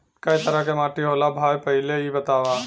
कै तरह के माटी होला भाय पहिले इ बतावा?